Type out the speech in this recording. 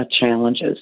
challenges